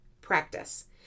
Practice